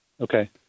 okay